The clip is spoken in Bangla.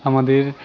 আমাদের